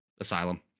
asylum